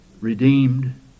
redeemed